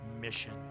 mission